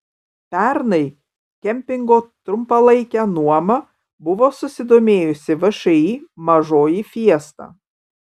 pernai kempingo trumpalaike nuoma buvo susidomėjusi všį mažoji fiesta